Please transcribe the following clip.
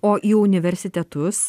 o į universitetus